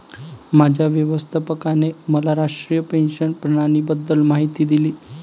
माझ्या व्यवस्थापकाने मला राष्ट्रीय पेन्शन प्रणालीबद्दल माहिती दिली